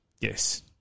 Yes